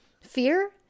Fear